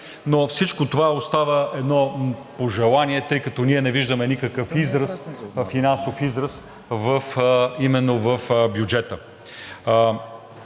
но всичко това остава едно пожелание, тъй като ние не виждаме никакъв финансов израз именно в бюджета.